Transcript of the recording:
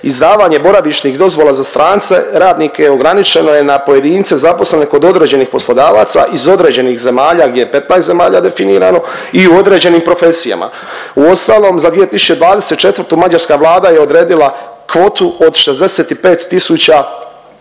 izdavanje boravišnih dozvola za strance radnike ograničeno je na pojedince zaposlene kod određenih poslodavaca iz određenih zemalja, gdje je 15 zemalja definirano, i u određenim profesijama. Uostalom za 2024. mađarska vlada je odredila kvotu od 65